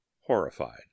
horrified